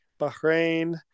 Bahrain